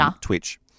Twitch